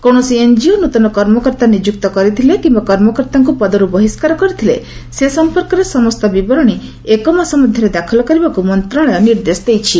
କୌଣସି ଏନ୍କିଓ ନୃତନ କର୍ମକର୍ତ୍ତା ନିଯୁକ୍ତି କରିଥିଲେ କିମ୍ବା କର୍ମକର୍ତ୍ତାଙ୍କୁ ପଦରୁ ବହିଷ୍କାର କରିଥିଲେ ସେ ସମ୍ପର୍କରେ ସମସ୍ତ ବିବରଣୀ ଏକ ମାସ ମଧ୍ୟରେ ଦାଖଲ କରିବାକୁ ମନ୍ତ୍ରଣାଳୟ ନିର୍ଦ୍ଦେଶ ଦେଇଛି